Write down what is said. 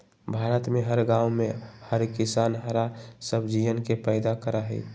भारत में हर गांव में हर किसान हरा सब्जियन के पैदा करा हई